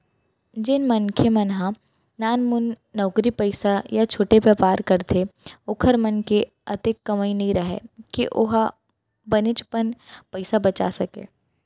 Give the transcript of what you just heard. जेन मनखे मन ह नानमुन नउकरी पइसा या छोटे बयपार करथे ओखर मन के अतेक कमई नइ राहय के ओ ह बनेचपन पइसा बचा सकय